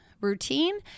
routine